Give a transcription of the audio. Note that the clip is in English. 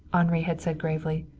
henri had said gravely.